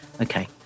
okay